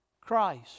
Christ